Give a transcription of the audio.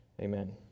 Amen